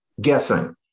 guessing